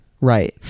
Right